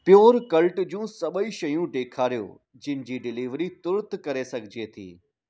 pure कल्ट जूं सभेई शयूं ॾेखारियो जिन जी डिलीवरी तुर्तु करे सघिजे थी